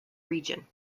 region